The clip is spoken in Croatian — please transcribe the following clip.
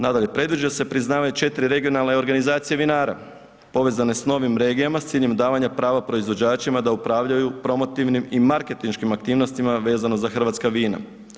Nadalje, predviđa se priznavanje 4 regionalna i organizacija vinara povezane s novim regijama s ciljem davanja prava proizvođačima da upravljaju promotivnim i marketinškim aktivnostima vezano za hrvatska vina.